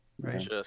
Right